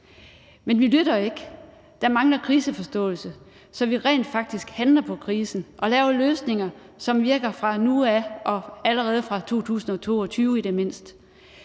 men vi lytter ikke. Der mangler kriseforståelse, så vi rent faktisk handler på krisen og laver løsninger, som virker allerede fra nu af eller i det mindste